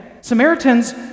Samaritans